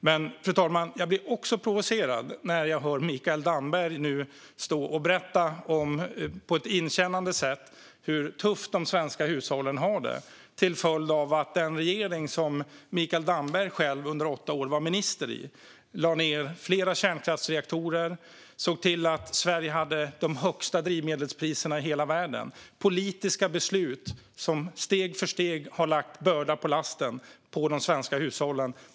Men, fru talman, jag blir provocerad när jag nu hör Mikael Damberg på ett inkännande sätt stå och berätta hur tufft de svenska hushållen har det till följd av att den regering som Mikael Damberg själv under åtta år var minister i lade ned flera kärnkraftsreaktorer, såg till att Sverige hade de högsta drivmedelspriserna i hela världen och fattade politiska beslut som steg för steg har lagt börda på lasten för de svenska hushållen.